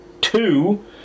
two